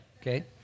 Okay